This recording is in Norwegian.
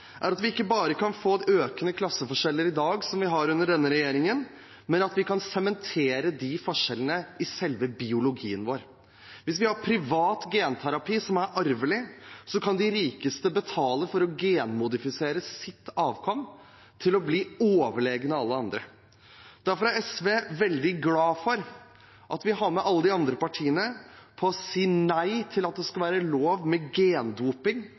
er at vi ikke bare kan få økende klasseforskjeller i dag, som vi har under denne regjeringen, men vi kan sementere de forskjellene i selve biologien vår. Hvis vi har privat genterapi mot noe som er arvelig, kan de rikeste betale for å genmodifisere sitt avkom til å bli overlegne alle andre. Derfor er SV veldig glad for at vi har med alle de andre partiene på å si nei til at det skal være lov med gendoping,